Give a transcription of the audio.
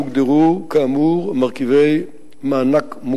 תביא לשמירה על ערכי נוף וטבע ושמירה על מקורות המים